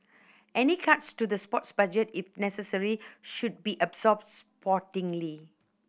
any cuts to the sports budget if necessary should be absorbed sportingly